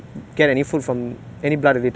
she just suddenly came up and told you ah